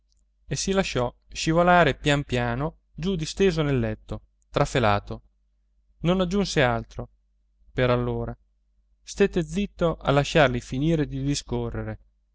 e si lasciò scivolare pian piano giù disteso nel letto trafelato non aggiunse altro per allora stette zitto a lasciarli finire di discorrere